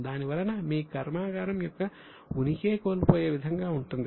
దానివలన మీ కర్మాగారం యొక్క ఉనికే కోల్పోయే విధంగా ఉంటుంది